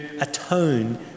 atone